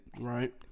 Right